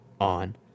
on